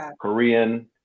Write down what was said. Korean